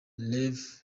rev